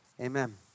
Amen